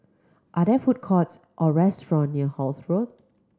are there food courts or restaurant near Holt Road